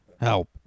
Help